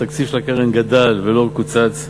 התקציב של הקרן גדל ולא קוצץ.